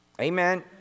Amen